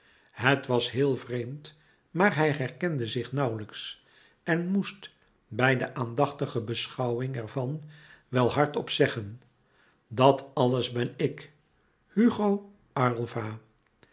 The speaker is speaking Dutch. het was heel vreemd maar hij herkende zich nauwlijks en moest bij de aandachtige beschouwing ervan wel hard-op zeggen dat alles ben ik hugo